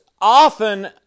often